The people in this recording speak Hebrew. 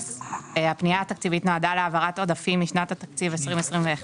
הפנייה התקציבית נועדה להעברת עודפים משנת התקציב 2021